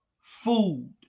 food